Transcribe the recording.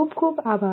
ખુબ ખુબ આભાર